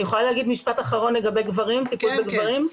אני יכולה להגיד משפט אחרון לגבי טיפול בגברים?